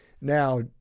Now